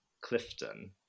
Clifton